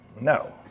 No